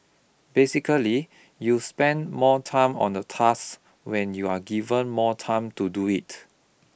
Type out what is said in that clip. basically you spend more time on a task when you are given more time to do it